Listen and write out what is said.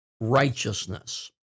righteousness